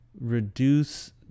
reduce